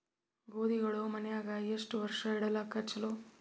ಗೋಧಿಗಳು ಮನ್ಯಾಗ ಎಷ್ಟು ವರ್ಷ ಇಡಲಾಕ ಚಲೋ?